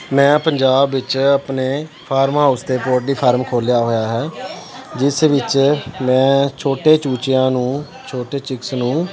ਮੈਂ ਪੰਜਾਬ ਵਿੱਚ ਆਪਣੇ ਫਾਰਮ ਹਾਊਸ 'ਤੇ ਪੋਲਟਰੀ ਫਾਰਮ ਖੋਲ੍ਹਿਆ ਹੋਇਆ ਹੈ ਜਿਸ ਵਿੱਚ ਮੈਂ ਛੋਟੇ ਚੂਚਿਆਂ ਨੂੰ ਛੋਟੇ ਚਿਕਸ ਨੂੰ